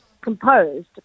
composed